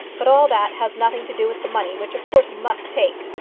but all that has nothing to do with the money, which, of course, you must take.